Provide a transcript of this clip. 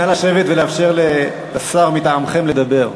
נא לשבת ולאפשר לשר מטעמכם לדבר.